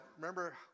remember